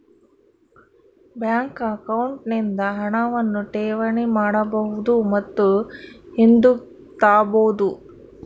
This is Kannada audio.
ಬ್ಯಾಂಕ್ ಅಕೌಂಟ್ ನಿಂದ ಹಣವನ್ನು ಠೇವಣಿ ಮಾಡಬಹುದು ಮತ್ತು ಹಿಂದುಕ್ ತಾಬೋದು